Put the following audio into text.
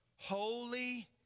Holy